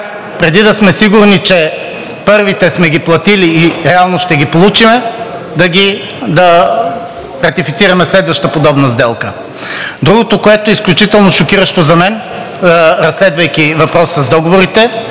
преди да сме сигурни, че първите сме ги платили и реално ще ги получим, да ратифицираме следваща подобна сделка. Другото изключително шокиращо за мен, разследвайки въпроса с договорите,